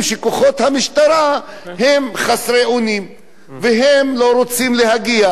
שכוחות המשטרה הם חסרי אונים והם לא רוצים להגיע,